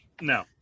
No